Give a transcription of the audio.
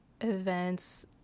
events